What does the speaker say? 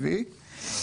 ₪.